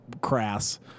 crass